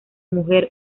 mujer